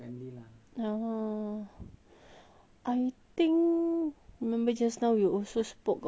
I think remember just now we also spoke about the swabbers right